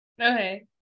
Okay